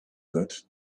that